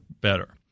better